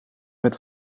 met